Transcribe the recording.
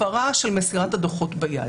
הפרה של מסירת הדוחות ביד.